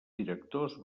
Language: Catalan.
directors